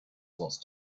lost